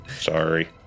Sorry